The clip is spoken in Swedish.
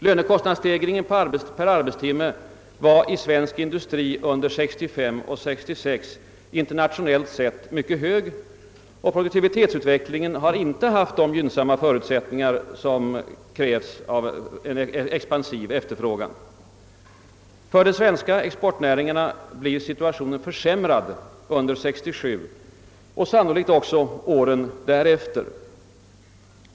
Lönekostnadsstegringen per arbetstimme var inom svensk industri internationellt sett mycket hög under 1965 och 1966, och produktivitetsutvecklingen har inte haft de gynnsamma förutsättningar som en expansiv efterfrågan kräver. För de svenska exportnäringarna blir situationen sämre under 1967, och sannolikt också under åren därefter.